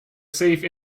safe